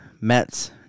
Mets